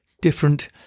different